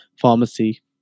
pharmacy